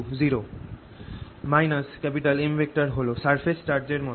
M হল surface charge এর মতন